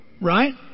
right